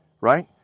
right